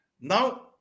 Now